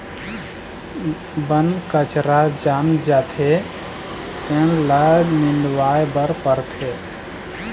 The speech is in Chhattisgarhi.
बन कचरा जाम जाथे तेन ल निंदवाए बर परथे